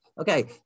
Okay